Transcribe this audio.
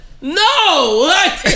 No